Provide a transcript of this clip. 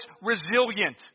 resilient